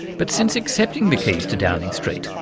but since accepting the keys to downing street,